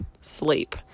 sleep